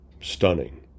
stunning